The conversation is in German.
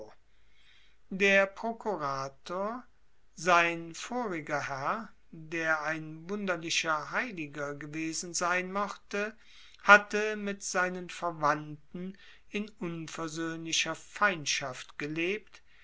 der prokurator sein voriger herr der ein wunderlicher heiliger gewesen sein mochte hatte mit seinen verwandten in unversöhnlicher feindschaft gelebt